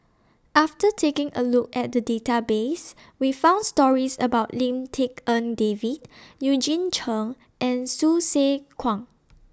after taking A Look At The Database We found stories about Lim Tik En David Eugene Chen and Hsu Tse Kwang